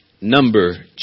number